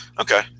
Okay